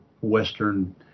Western